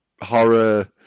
horror